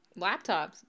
laptops